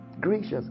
gracious